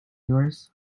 yours